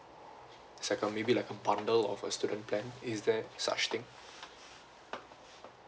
maybe like a bundle of a student plan is there such thing